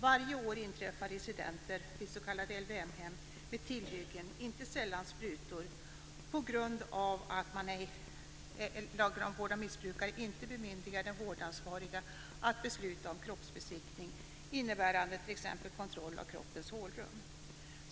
Varje år inträffar incidenter vid s.k. LVM-hem med tillhyggen, inte sällan sprutor, på grund av att lagen om vård av missbrukare inte bemyndigar den vårdansvarige att besluta om kroppsbesiktning innebärande t.ex. kontroll av kroppens hålrum.